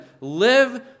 live